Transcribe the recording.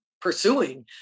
pursuing